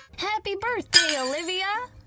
happy birthday olivia!